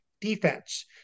defense